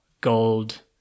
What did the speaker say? gold